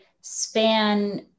span